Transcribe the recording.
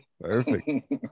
Perfect